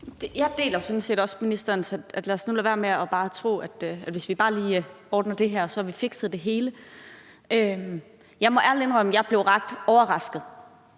Jeg deler sådan set også det, ministeren siger, nemlig: Lad os nu lade være med at tro, at hvis vi bare lige ordner det her, har vi fikset det hele. Jeg må ærligt indrømme, at jeg blev ret overrasket